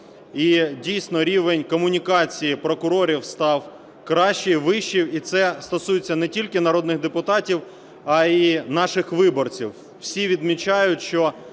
і, дійсно, рівень комунікації прокурорів став кращий і вищий. І це стосується не тільки народних депутатів, а й наших виборців, всі відмічають, що